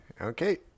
Okay